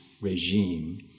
regime